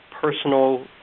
personal